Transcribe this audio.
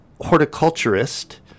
horticulturist